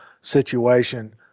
situation